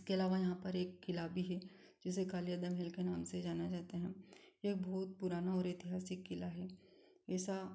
इसके अलावा यहाँ पर एक क़िला भी है जिसे कालियादेह हिल के नाम से जाना जाता है यह एक बहुत पुराना और ऐतिहासिक क़िला है ऐसा